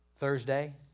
Thursday